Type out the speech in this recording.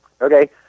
Okay